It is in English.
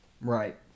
Right